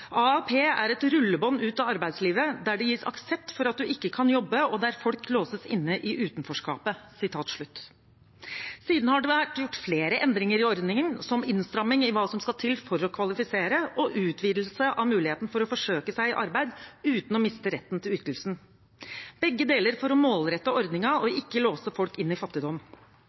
er et rullebånd ut av arbeidslivet, der det gis aksept for at du ikke kan jobbe og der folk låses inne i utenforskapet». Siden har det vært gjort flere endringer i ordningen, som innstramming i hva som skal til for å kvalifisere, og utvidelse av muligheten for å forsøke seg i arbeid uten å miste retten til ytelsen – begge deler for å målrette ordningen og ikke låse folk inne i fattigdom.